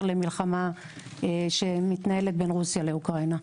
למלחמה שמתנהלת בין רוסיה לאוקראינה.